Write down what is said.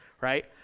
right